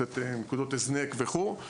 נקודות הזנק וכו'.